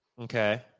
Okay